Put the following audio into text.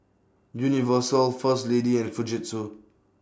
Universal First Lady and Fujitsu